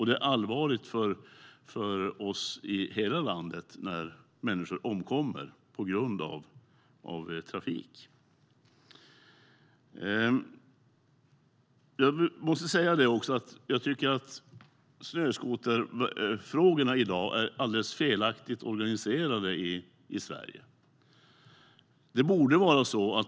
Det är allvarligt för oss i hela landet när människor omkommer i trafikolyckor. Jag tycker att snöskoterfrågorna är felaktigt organiserade i Sverige i dag.